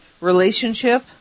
Relationship